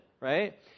right